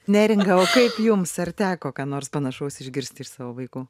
neringa o kaip jums ar teko ką nors panašaus išgirsti iš savo vaikų